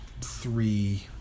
three